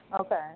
Okay